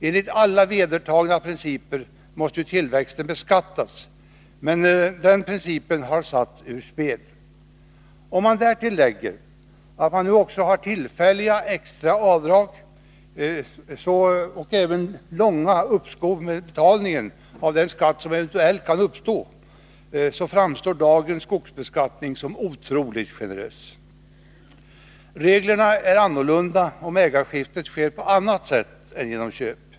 Enligt alla vedertagna principer måste tillväxten beskattas, men den principen har satts ur spel. Om därtill läggs att man nu också har tillfälliga extra avdrag och även långa uppskov med betalningen av den skatt som eventuellt kan uppstå, så framstår dagens skogsbeskattning som otroligt generös. Reglerna är annorlunda om ägarskiftet sker på annat sätt än genom köp.